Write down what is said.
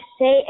say